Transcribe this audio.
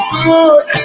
good